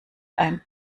ein